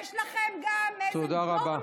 יש לכם גם איזה דורמן